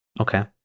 Okay